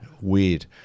Weird